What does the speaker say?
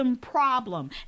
problem